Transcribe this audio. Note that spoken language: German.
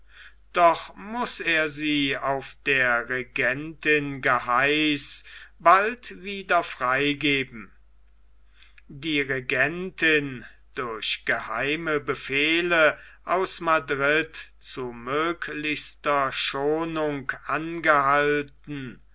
doch muß er sie auf der regentin geheiß bald wieder frei geben die regentin durch geheime befehle aus madrid zu möglichster schonung angehalten